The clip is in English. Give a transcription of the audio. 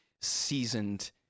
seasoned